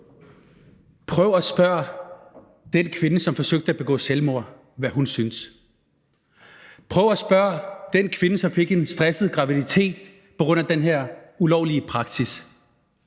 Prøv at spørge den kvinde, som forsøgte at begå selvmord, hvad hun synes. Prøv at spørge den kvinde, som fik en stresset graviditet på grund af den her ulovlige praksis,